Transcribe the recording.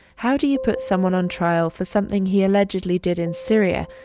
how do you put someone on trial for something he allegedly did in syria,